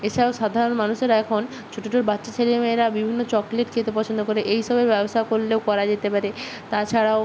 এছাড়াও সাধারণ মানুষেরা এখন ছোটো ছোটো বাচ্চা ছেলে মেয়েরা বিভিন্ন চকলেট খেতে পছন্দ করে এই সবের ব্যবসা করলেও করা যেতে পারে তাছাড়াও